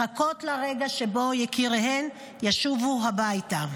מחכות לרגע שבו יקיריהן ישובו הביתה.